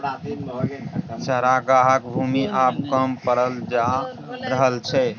चरागाहक भूमि आब कम पड़ल जा रहल छै